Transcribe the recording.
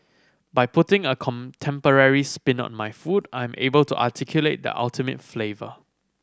by putting a contemporary spin on my food I'm able to articulate the ultimate flavour